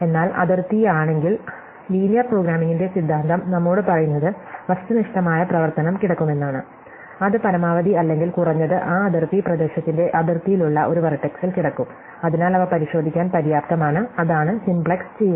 എന്നാൽ അതിർത്തിയാണെങ്കിൽ ലീനിയർ പ്രോഗ്രാമിംഗിന്റെ സിദ്ധാന്തം നമ്മോട് പറയുന്നത് വസ്തുനിഷ്ഠമായ പ്രവർത്തനം കിടക്കുമെന്ന് അത് പരമാവധി അല്ലെങ്കിൽ കുറഞ്ഞത് ആ അതിർത്തി പ്രദേശത്തിന്റെ അതിർത്തിയിലുള്ള ഒരു വെർട്ടെക്സിൽ കിടക്കും അതിനാൽ അവ പരിശോധിക്കാൻ പര്യാപ്തമാണ് അതാണ് സിംപ്ലക്സ് ചെയ്യുന്നത്